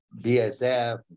BSF